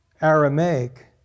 Aramaic